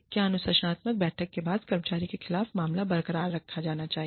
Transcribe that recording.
क्या अनुशासनात्मक बैठक के बाद कर्मचारी के खिलाफ मामला बरकरार रखा जाना चाहिए